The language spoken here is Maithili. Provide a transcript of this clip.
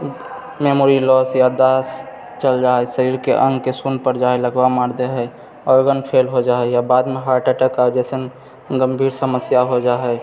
मेमोरी लॉस यादाश्त चलि जाइत हइ शरीरके अङ्गके सुन्न पड़ि जाइ हइ लकवा मारि दैत हइ ऑर्गन फेल हो जाए हइ या बादमे हर्ट अटैक जइसन गम्भीर समस्या हो जाय हइ